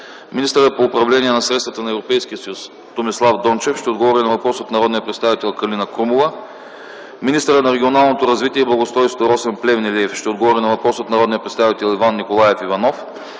министърът по управление на средствата от Европейския съюз Томислав Дончев ще отговори на въпрос от народния представител Калина Крумова; - министърът на регионалното развитие и благоустройството Росен Плевнелиев ще отговори на въпрос от народния представител Иван Николаев Иванов;